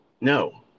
No